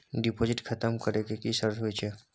Deposit खतम करे के की सर्त होय छै?